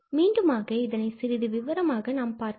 மீண்டுமாக இதனை சிறிது விவரமாக நாம் பார்க்கலாம்